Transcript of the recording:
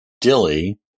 Dilly